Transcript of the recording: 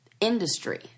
industry